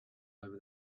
over